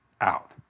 out